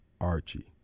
Archie